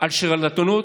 על שרלטנות,